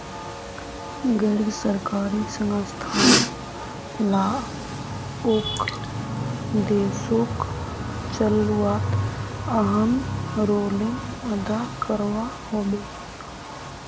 गैर सरकारी संस्थान लाओक देशोक चलवात अहम् रोले अदा करवा होबे